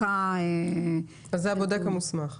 זה הבודק המוסמך.